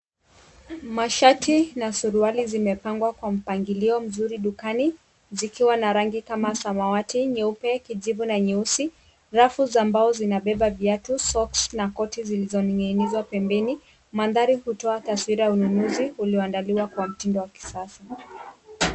Mashati na suruali zimepangwa kwa mpangilio mzuri dukani zikiwa na rangi kama samawati, nyeupe, kijivu na nyeusi. Rafu za mbao zinabeba viatu, soksi na koti zilizoning'inizwa pembeni. Mandhari hutoa taswira ya ununuzi ulioandaliwa kwa mtindo wa kisasa.